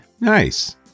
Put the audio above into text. Nice